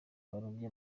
z’abagore